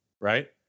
right